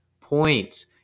Points